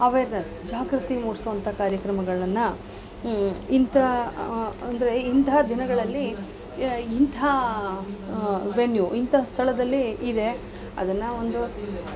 awareness ಜಾಗೃತಿ ಮೂಡಿಸುವಂಥ ಕಾರ್ಯಕ್ರಮಗಳನ್ನು ಇಂಥ ಅಂದರೆ ಇಂತಹ ದಿನಗಳಲ್ಲಿ ಇಂಥ ವೆನ್ಯೂ ಇಂಥ ಸ್ಥಳದಲ್ಲಿ ಇದೆ ಅದನ್ನು ಒಂದು